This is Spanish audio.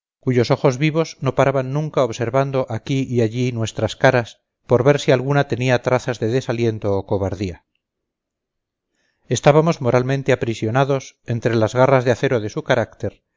cuyos ojos vivos no paraban nunca observando aquí y allí nuestras caras por ver si alguna tenía trazas de desaliento o cobardía estábamos moralmente aprisionados entre las garras de acero de su carácter